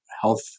health